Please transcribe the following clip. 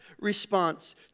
response